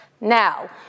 Now